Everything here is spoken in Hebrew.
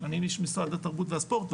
אני איש משרד התרבות והספורט,